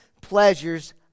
pleasures